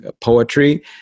poetry